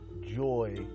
joy